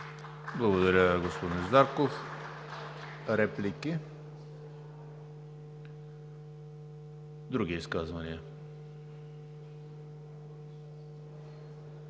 Благодаря, господин Зарков. Реплики? Други изказвания?